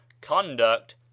conduct